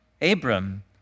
Abram